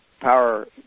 Power